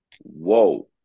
Whoa